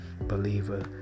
believer